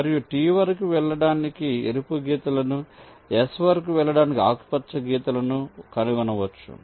మనము T వరకు వెళ్ళడానికి ఎరుపు గీతలను S వరకు వెళ్ళడానికి ఆకుపచ్చ గీతలను కనుగొనవచ్చు